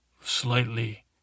slightly